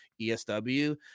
ESW